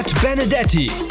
Benedetti